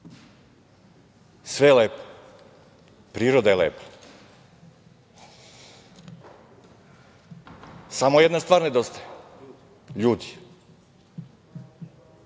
Sve je lepo, priroda je lepo. Samo jedna stvar nedostaje,